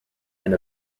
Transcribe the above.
and